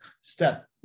step